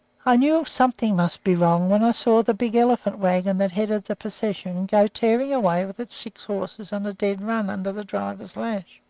i knew something must be wrong when i saw the big elephant-wagon that headed the procession go tearing away with its six horses on a dead run under the driver's lash.